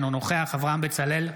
אינו נוכח אברהם בצלאל,